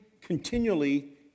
continually